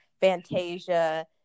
Fantasia